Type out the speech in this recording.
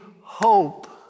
hope